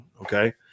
okay